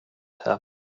happen